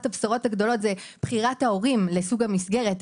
הבשורות הגדולות זה בחירת ההורים לסוג המסגרת.